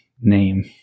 name